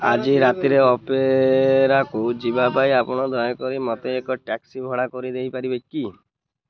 ଆଜି ରାତିରେ ଅପେରାକୁ ଯିବା ପାଇଁ ଆପଣ ଦୟାକରି ମୋତେ ଏକ ଟ୍ୟାକ୍ସି ଭଡ଼ା କରି ଦେଇପାରିବେ କି